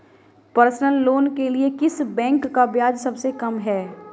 Personal loan के लिए किस बैंक का ब्याज सबसे कम है?